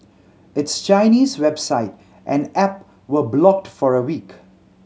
its Chinese website and app were blocked for a week